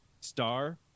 star